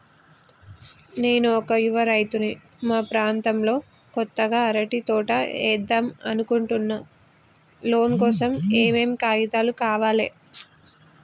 నేను ఒక యువ రైతుని మా ప్రాంతంలో కొత్తగా అరటి తోట ఏద్దం అనుకుంటున్నా లోన్ కోసం ఏం ఏం కాగితాలు కావాలే?